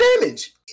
damage